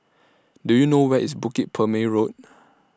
Do YOU know Where IS Bukit Purmei Road